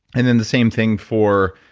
and then the same thing for,